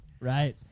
Right